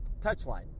touchline